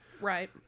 Right